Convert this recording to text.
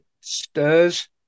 stirs